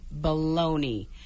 baloney